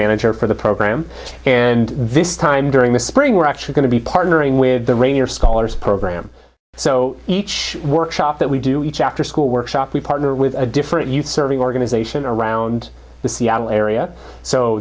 manager for the program and this time during the spring we're actually going to be partnering with the ranger scholars program so each workshop that we do each afterschool workshop we partner with a different youth serving organization around the seattle area so